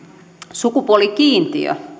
sukupuolikiintiö